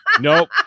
Nope